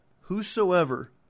Whosoever